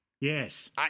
Yes